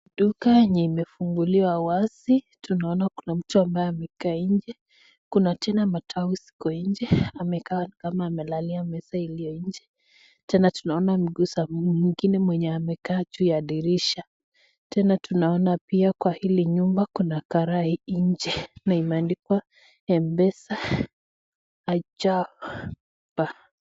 Duka yenye imefunguliwa wazi. Tunaona kuna mtu ambaye amekaa nje, kuna tena matawi ziko nje. Amekaa ni kama amelalia meza iliyo nje. Tena tunaona miguu ya mwingine mwenye amekaa juu ya dirisha. Tena tunaona pia kwa hili nyumba kuna karai nje na imeandikwa m-pesa ajab.